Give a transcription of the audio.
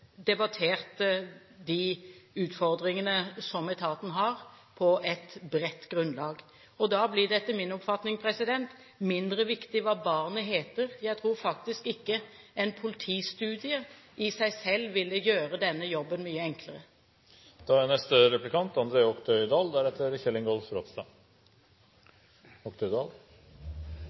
debattert de utfordringene som etaten har, på et bredt grunnlag. Da blir det etter min oppfatning mindre viktig hva barnet heter. Jeg tror faktisk ikke en politistudie i seg selv ville gjøre denne jobben mye